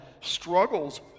struggles